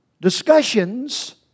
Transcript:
Discussions